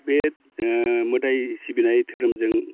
बे मोदाइ सिबिनाय धोरोमजों